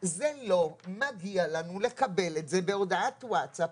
זה לא מגיע לנו לקבל את זה בהודעת ווטסאפ,